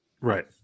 Right